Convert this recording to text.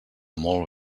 molt